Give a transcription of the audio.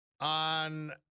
On